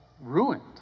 ruined